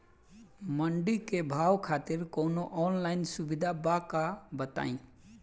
मंडी के भाव खातिर कवनो ऑनलाइन सुविधा बा का बताई?